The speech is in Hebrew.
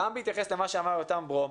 גם בהתייחס למה שאמר יותם ברום,